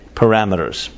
parameters